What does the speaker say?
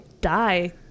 die